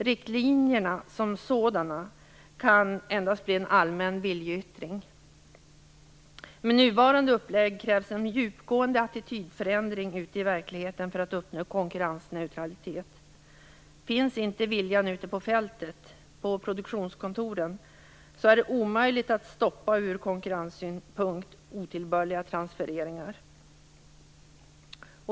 Riktlinjerna som sådana kan endast bli en allmän viljeyttring. Med nuvarande upplägg krävs en djupgående attitydförändring ute i verkligheten för att uppnå konkurrensneutralitet. Finns inte viljan ute på fältet, på produktionskontoren, är det omöjligt att ur konkurrenssynpunkt stoppa otillbörliga transfereringar.